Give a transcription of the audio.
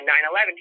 9-11